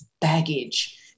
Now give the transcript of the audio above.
baggage